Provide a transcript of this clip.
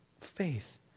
Faith